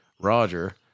Roger